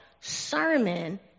sermon